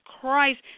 Christ